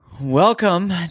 Welcome